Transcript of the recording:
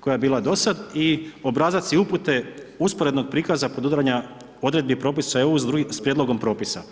koja je bila do sada i obrazac i upute usporednog prikaza podudaranja odredbi propisa EU sa prijedlogom propisa.